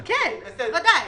כן, בוודאי.